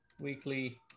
weekly